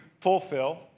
Fulfill